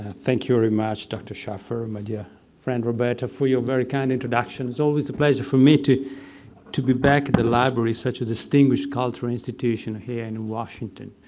thank you very much, dr. schaffer, my dear friend, roberta, for your very kind introduction. it's always a pleasure for me to to be back at the library. such a distinguished cultural institution here in washington.